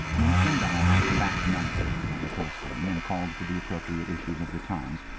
winston dialled back numbers on the telescreen and called for the appropriate issues of the times,